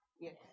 Yes